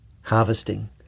harvesting